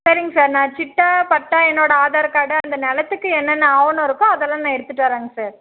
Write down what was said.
சரிங்க சார் நான் சிட்டா பட்டா என்னோட ஆதார் கார்டு அந்த நிலத்துக்கு என்னென்ன ஆவணம் இருக்கோ அதெல்லாம் நான் எடுத்துட்டு வர்றேன்ங்க சார்